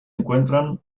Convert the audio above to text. encuentran